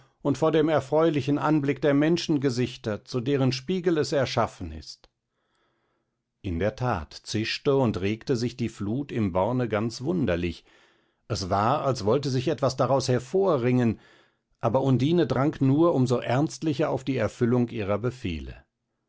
und vor dem erfreulichen anblick der menschengesichter zu deren spiegel es erschaffen ist in der tat zischte und regte sich die flut im borne ganz wunderlich es war als wollte sich etwas daraus hervorringen aber undine drang nur um so ernstlicher auf die erfüllung ihrer befehle